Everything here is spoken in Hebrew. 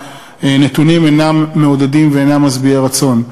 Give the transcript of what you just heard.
הנתונים אינם מעודדים ואינם משביעי רצון.